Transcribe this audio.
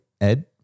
Ed